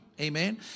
Amen